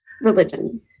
religion